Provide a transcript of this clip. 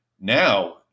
Now